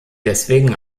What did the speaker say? deswegen